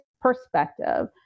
perspective